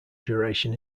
duration